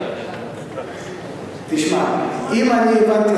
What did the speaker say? אם אני הבנתי